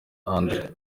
andre